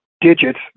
digits